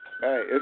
hey